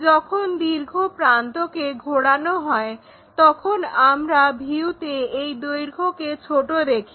যখন দীর্ঘ প্রান্তকে ঘোরানো হয় তখন আমরা ভিউতে এই দৈর্ঘ্যকে ছোটো দেখি